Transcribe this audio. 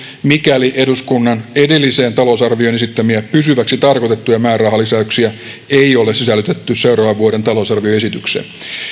mikäli eduskunnan edelliseen talousarvioon esittämiä pysyviksi tarkoitettuja määrärahalisäyksiä ei ole sisällytetty seuraavan vuoden talousar vioesitykseen